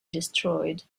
destroyed